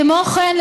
כמו כן,